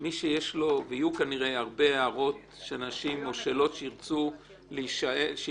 יהיו כנראה הרבה הערות של אנשים או שאלות שירצו לשאול.